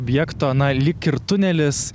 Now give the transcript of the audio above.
objekto na lyg ir tunelis